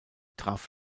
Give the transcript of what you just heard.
traf